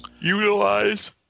Utilize